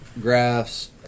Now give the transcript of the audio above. graphs